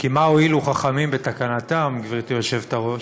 כי מה הועילו חכמים בתקנתם, גברתי היושבת-ראש,